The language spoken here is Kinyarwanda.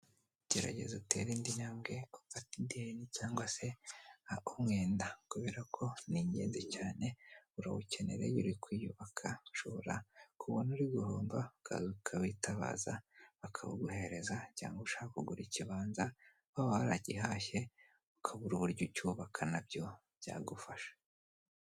Gerageza ute indi ntambwe ufata ideni cyangwa se wake umwenda kubera ko ni ingenzi cyane. Urawukenera igihe uri kwiyubaka, ushobora kubona uri guhomba, ukawitabaza bakawuguhereza cyangwa ushaka kugura ikibanza waba waragihashye, ukabura uburyo ucyubaka na byo byagufasha.